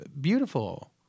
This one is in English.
beautiful